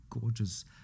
gorgeous